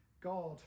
God